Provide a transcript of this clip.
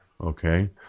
Okay